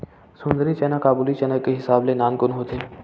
सुंदरी चना काबुली चना के हिसाब ले नानकुन होथे